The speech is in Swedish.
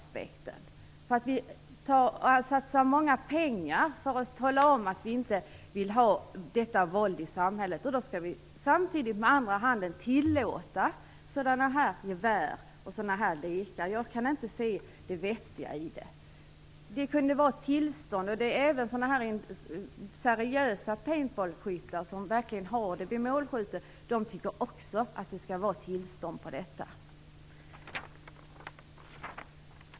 Exempelvis satsar vi mycket pengar för att minska våldet i samhället. Skall vi då samtidigt tillåta sådana här gevär och sådana här lekar? Jag kan inte se det vettiga i det. I varje fall borde det krävas tillstånd för det. Seriösa paintballskyttar som verkligen använder vapnen för målskytte tycker också att det skall krävas tillstånd.